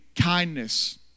kindness